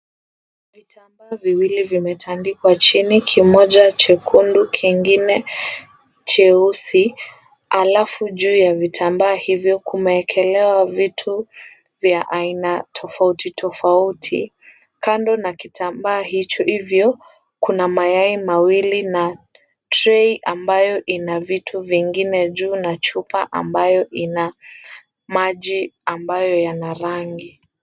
Vitambaa viwili vimetandikwa chini, kimoja chekundu, kingine cheusi, alafu juu ya vitambaa hivyo kumeekelewa vitu vya aina tofauti tofauti. Kando na kitambaa hivyo kuna mayai mawili na trei ambayo ina vitu vingine juu, na chupa ambayo ina maji ambayo yana rangi.